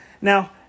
Now